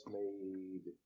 made